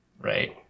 Right